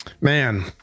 man